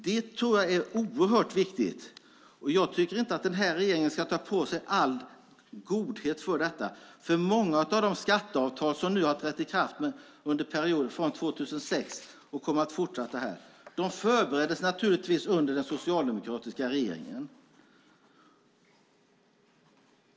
Det tror jag är oerhört viktigt. Jag tycker inte att den här regeringen ska ta åt sig all ära för det, för många av de skatteavtal som har trätt i kraft under perioden från 2006 och kommer att fortsätta att träda i kraft förbereddes naturligtvis under en socialdemokratisk regering.